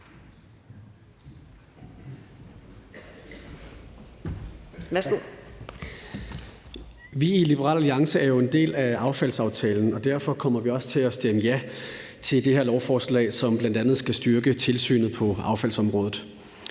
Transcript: Vi i Liberal Alliance er jo en del af affaldsaftalen, og derfor kommer vi også til at stemme ja til det her lovforslag, som bl.a. skal styrke tilsynet på affaldsområdet.